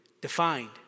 defined